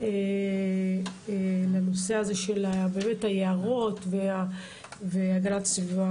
פחותה לנושא הזה של יערות והגנת הסביבה,